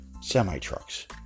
semi-trucks